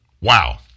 Wow